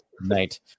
Night